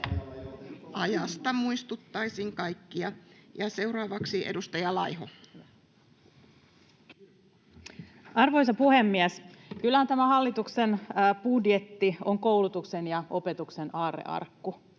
Ajasta muistuttaisin kaikkia. — Ja seuraavaksi edustaja Laiho. Arvoisa puhemies! Kyllähän tämä hallituksen budjetti on koulutuksen ja opetuksen aarrearkku.